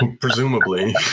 presumably